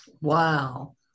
Wow